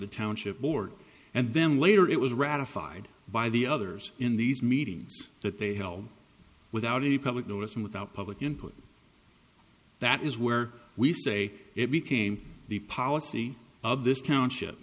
the township board and then later it was ratified by the others in these meetings that they held without any public notice and without public input that is where we say it became the policy of this township